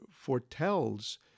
foretells